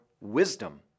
wisdom